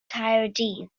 caerdydd